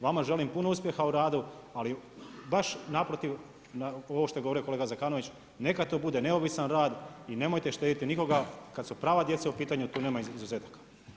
Vama želim puno uspjeha u radu, ali baš naprotiv, ovo što je govorio kolega Zekanović, neka to bude neovisan rad i nemojte štedjeti nikoga kad su prava djece u pitanju, tu nema izuzetaka.